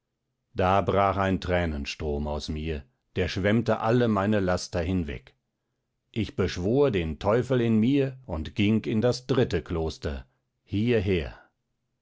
da brach eine tränenstrom aus mir der schwemmte alle meine laster hinweg ich beschwor den teufel in mir und ging in das dritte kloster hierher